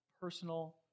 personal